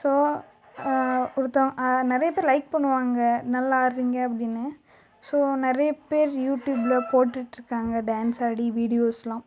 so ஒருத்தன் நிறைய பேர் லைக் பண்ணுவாங்க நல்லா ஆட்றீங்க அப்படினு ஸோ நிறைய பேர் யூடூப்பில் போட்டுட்டு இருக்காங்க டான்ஸ் ஆடி வீடியோஸுலாம்